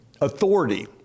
authority